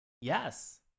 Yes